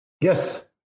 Yes